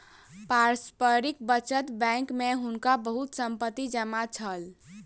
पारस्परिक बचत बैंक में हुनका बहुत संपत्ति जमा छल